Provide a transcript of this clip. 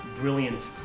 brilliant